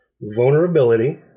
vulnerability